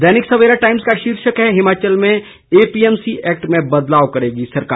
दैनिक Savera Times का शीर्षक है हिमाचल में एपीएमसी एक्ट में बदलाव करेगी सरकार